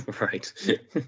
Right